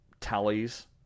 tallies